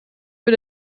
für